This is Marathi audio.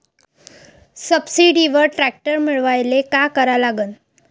सबसिडीवर ट्रॅक्टर मिळवायले का करा लागन?